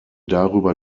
darüber